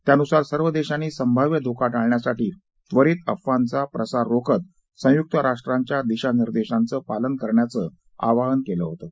त्यानुसार सर्व देशानी संभाव्य धोका टाळण्यासाठी त्वरित अफवांचा प्रसार रोखत संयुक राष्ट्रांच्या दिशानिदेशांचं पालन करण्याचं आवाहन केलं होतं